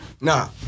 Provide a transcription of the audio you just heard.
Nah